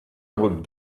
would